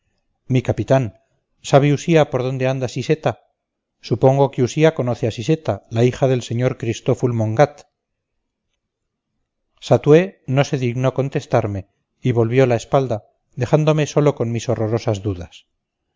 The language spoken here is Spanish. mi capitán sabe usía por dónde anda siseta supongo que usía conoce a siseta la hija del sr cristful mongat satué no se dignó contestarme y volvió la espalda dejándome solo con mis horrorosas dudas